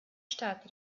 staat